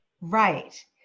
Right